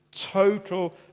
Total